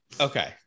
Okay